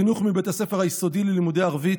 חינוך מבית הספר היסודי ללימודי ערבית,